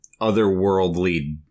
otherworldly